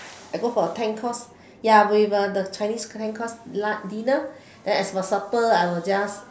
I go for a ten course ya with the chinese ten course like dinner and as for supper I'll just